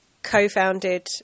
co-founded